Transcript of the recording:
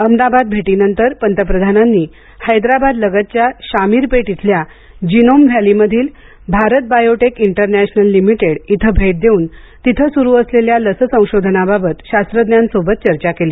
अहमदाबाद भेटीनंतर पंतप्रधानांनी हैदराबादलगतच्या शामिरपेट इथल्या जिनोम वॅलीमधील भारत बायोटेक इंटरनॅशनल लिमिटेड इथं भेट देऊन तिथं सुरु असलेल्या लस संशोधनाबाबत शास्त्रज्ञांसोबत चर्चा केली